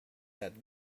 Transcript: that